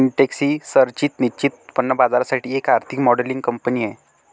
Intex ही संरचित निश्चित उत्पन्न बाजारासाठी एक आर्थिक मॉडेलिंग कंपनी आहे